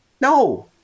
No